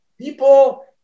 people